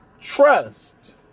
trust